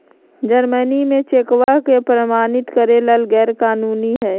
Germany में चेकवा के प्रमाणित करे ला गैर कानूनी हई